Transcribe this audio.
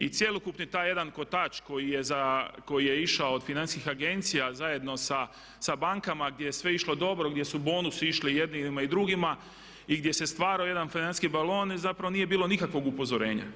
I cjelokupni taj jedan kotač koji je išao od financijskih agencija zajedno sa bankama gdje je sve išlo dobro, gdje su bonusi išli jednima i drugima i gdje se stvarao jedan financijski balon zapravo nije bilo nikakvog upozorenja.